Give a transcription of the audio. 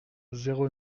zéro